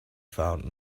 found